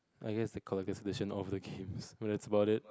I guess the collection editions of the games that's about it